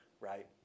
right